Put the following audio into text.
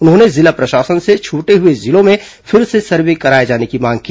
उन्होंने जिला प्रशासन से छूटे हुए जिलों में फिर से सर्वे कराए जाने की मांग की